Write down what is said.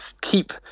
keep